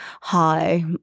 hi